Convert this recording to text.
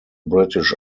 british